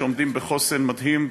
שעומדים בחוסן מדהים,